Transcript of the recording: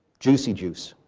juicy juice.